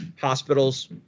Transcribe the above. Hospitals